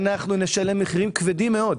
אנחנו נשלם מחירים כבדים מאוד.